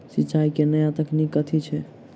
सिंचाई केँ नया तकनीक कथी छै?